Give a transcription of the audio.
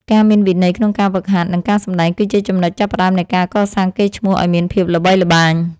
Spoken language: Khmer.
ការមានវិន័យក្នុងការហ្វឹកហាត់ និង ការសម្តែងគឺជាចំណុចចាប់ផ្តើមនៃការកសាងកេរ្តិ៍ឈ្មោះឱ្យមានភាពល្បីល្បាញ។